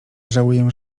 żałuję